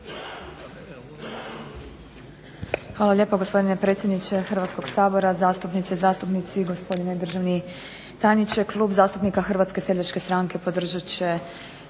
Hvala lijepa gospodine predsjedniče Hrvatskog sabora, zastupnice i zastupnici, gospodine državni tajniče. Klub zastupnika HSS-a podržat će